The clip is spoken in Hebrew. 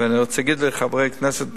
ואני רוצה להגיד לחברי כנסת